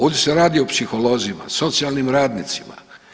Ovdje se radi o psiholozima, socijalnim radnicima.